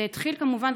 זה התחיל כמובן,